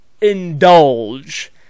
indulge